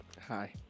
Hi